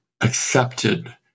accepted